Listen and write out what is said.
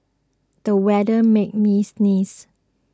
the weather made me sneeze